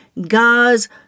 God's